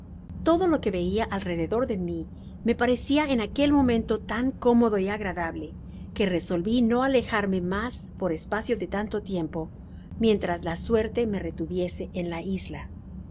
todo lo que veia alrededor de mi me parecia en aquel momento tan cómodo y agradable que resolvi ne alejarme mas por espacio de tanto tiempo mientras la suerte me retuviese en la isla